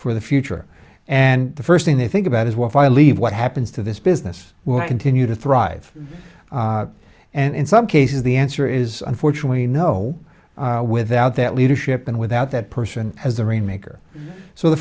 for the future and the first thing they think about is well if i leave what happens to this business will continue to thrive and in some cases the answer is unfortunately you know without that leadership and without that person has the rainmaker so the